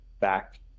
back